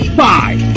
five